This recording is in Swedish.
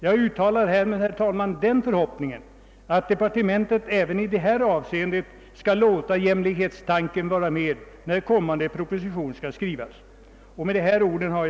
Jag uttalar, herr talman, den förhoppningen att departementet även i detta avseende skall låta jämlikhetstan ken vara med när kommande proposition skall skrivas, och jag har i dag inget yrkande.